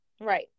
Right